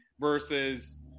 versus